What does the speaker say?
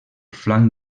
flanc